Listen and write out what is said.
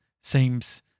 seems